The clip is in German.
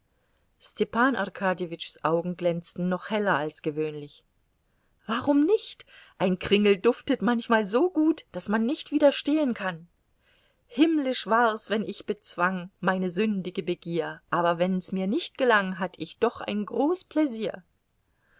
arkadjewitschs augen glänzten noch heller als gewöhnlich warum nicht ein kringel duftet manchmal so gut daß man nicht widerstehen kann himmlisch war's wenn ich bezwang meine sündige begier aber wenn's mir nicht gelang hatt ich doch ein groß pläsier